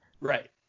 Right